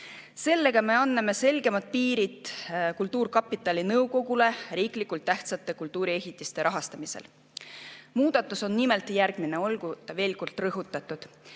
Sellega me anname selgemad piirid kultuurkapitali nõukogule riiklikult tähtsate kultuuriehitiste rahastamisel. Muudatus on nimelt järgmine, olgu veel kord rõhutatud.